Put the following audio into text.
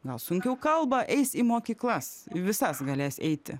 gal sunkiau kalba eis į mokyklas į visas galės eiti